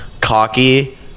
cocky